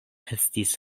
estis